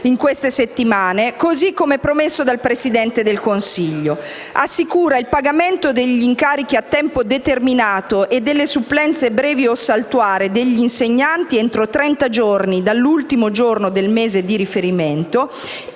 in queste settimane), così come promesso dal Presidente del Consiglio. Assicura inoltre il pagamento degli incarichi a tempo determinato e delle supplenze brevi o saltuarie degli insegnanti entro trenta giorni dall'ultimo giorno del mese di riferimento.